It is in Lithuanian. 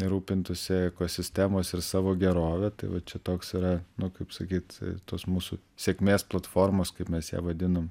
rūpintųsi ekosistemos ir savo gerove tai va čia toks yra nu kaip sakyt tos mūsų sėkmės platformos kaip mes ją vadinam